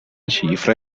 cifre